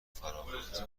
فراخواند